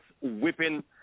whipping